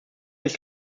ist